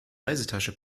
reisetasche